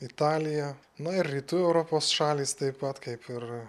italija na ir rytų europos šalys taip pat kaip ir